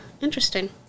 interesting